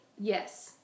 Yes